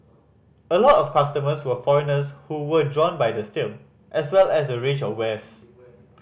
a lot of customers were foreigners who were drawn by the sale as well as the range of wares